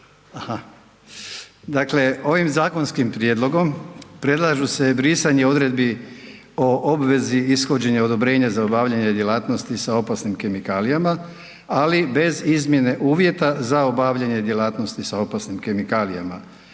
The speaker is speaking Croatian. Dakle, ovim zakonskim prijedlogom predlažu se brisanje odredbi o obvezi ishođenja odobrenja za obavljanje djelatnosti sa opasnim kemikalijama, ali bez izmjene uvjeta za obavljanje djelatnosti sa opasnim kemikalijama.